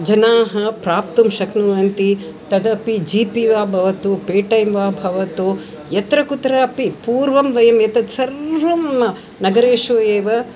जनाः प्राप्तुं शक्नुवन्ति तदपि जीपि वा भवतु पेटैम् वा भवतु यत्र कुत्रापि पूर्वं वयम् एतत् सर्वं नगरेषु एव